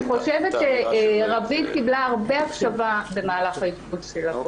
אני חושבת שרביד קיבלה הרבה הקשבה במהלך האשפוז שלה פה.